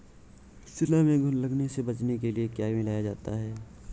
चना में घुन लगने से बचाने के लिए क्या मिलाया जाता है?